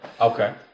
Okay